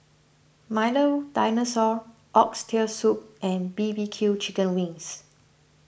Milo Dinosaur Oxtail Soup and B B Q Chicken Wings